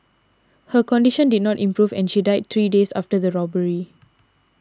her condition did not improve and she died three days after the robbery